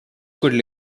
could